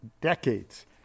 decades